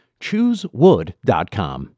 Choosewood.com